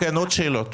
יש עוד שאלות?